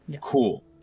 Cool